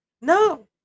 No